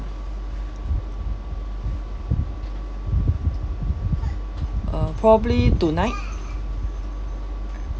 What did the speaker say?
uh probably tonight